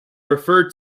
referred